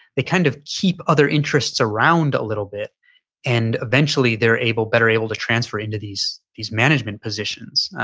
they kind of keep other interests around a little bit and eventually they're able, better able to transfer into these these management positions.